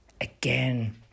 again